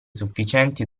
sufficienti